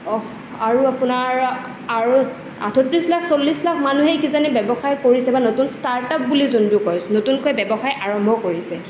আৰু আপোনাৰ আৰু আঠত্ৰিশ লাখ চল্লিছ লাখ মানুহে কিজানি ব্যৱসায় কৰিছে বা নতুন ষ্টাৰ্টাপ বুলি যোনটো কয় নতুনকৈ ব্যৱসায় আৰম্ভ কৰিছে